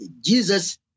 Jesus